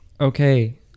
okay